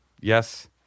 yes